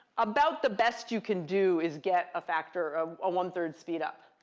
about the best you can do is get a factor of one three speed-up.